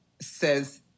says